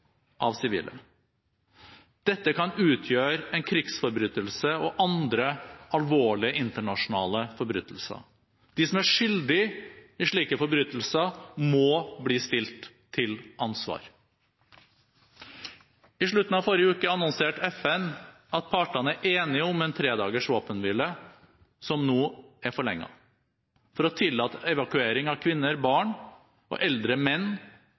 av sivile. Dette kan utgjøre en krigsforbrytelse og andre alvorlige internasjonale forbrytelser. De som er skyldige i slike forbrytelser, må bli stilt til ansvar. I slutten av forrige uke annonserte FN at partene er enige om en tredagers våpenhvile, som nå er forlenget, for å tillate evakuering av kvinner, barn og eldre menn